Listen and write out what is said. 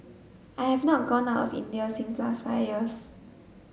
I have not gone out of India since last five years